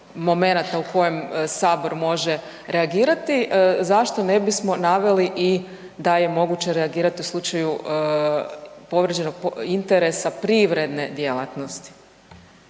u kojem Sabor može reagirati, zašto ne bismo naveli i da je moguće reagirati u slučaju povrijeđenog interesa privredne djelatnosti?